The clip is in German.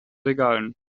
regalen